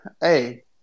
Hey